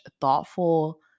thoughtful